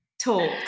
talk